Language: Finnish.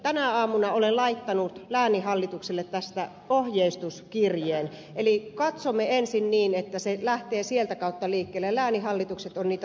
tänä aamuna olen laittanut lääninhallitukselle tästä ohjeistuskirjeen eli katsomme ensin niin että se lähtee sieltä kautta liikkeelle ja lääninhallitukset ovat niitä toimijoita